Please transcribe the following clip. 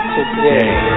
Today